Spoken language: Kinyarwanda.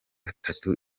gatatu